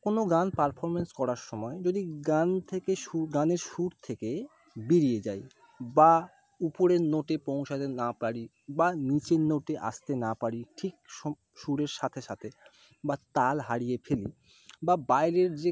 কোনও গান পারফর্ম্যান্স করার সময় যদি গান থেকে সু গানের সুর থেকে বেরিয়ে যাই বা উপরের নোটে পৌঁছাতে না পারি বা নিচের নোটে আসতে না পারি ঠিক সো সুরের সাথে সাথে বা তাল হারিয়ে ফেলি বা বাইরের যে